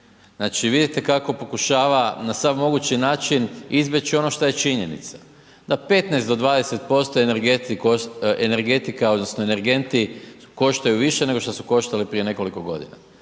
Znači, vidite kako pokušava na sav mogući način izbjeći ono šta je činjenica, da 15 do 20% energetika odnosno energenti koštaju više nego što su koštali prije nekoliko godina,